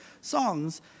songs